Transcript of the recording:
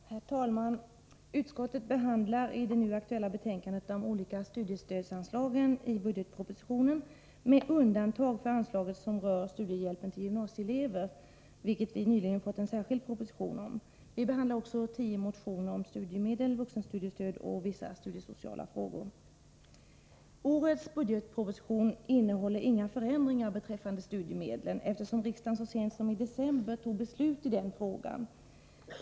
Herr talman! Utskottet behandlar i det nu aktuella betänkandet de olika studiestödsanslagen i budgetpropositionen med undantag för anslaget som rör studiehjälpen till gymnasieelever, vilket vi nyligen fått en särskild proposition om. Vi behandlar också 10 motioner om studiemedel, vuxenstudiestöd och vissa studiesociala frågor. Årets budgetproposition innehåller inga förändringar beträffande studiemedlen, eftersom riksdagen så sent som i december fattade beslut i den frågan.